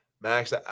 Max